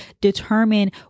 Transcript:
determine